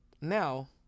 now